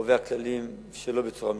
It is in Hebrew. קובע כללים שלא בצורה מקצועית.